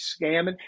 scamming